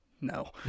No